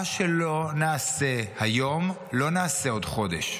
מה שלא נעשה היום, לא נעשה בעוד חודש.